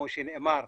כמו שנאמר,